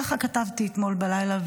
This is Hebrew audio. ככה כתבתי אתמול בלילה,